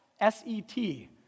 S-E-T